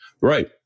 Right